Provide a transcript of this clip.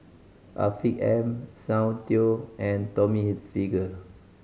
Afiq M Soundteoh and Tommy Hilfiger